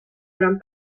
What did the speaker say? faran